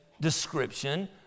description